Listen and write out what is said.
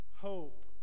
hope